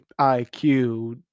IQ